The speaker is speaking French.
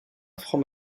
franc